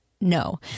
no